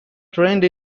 trained